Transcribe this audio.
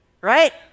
right